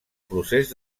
procés